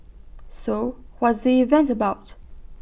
so what's the event about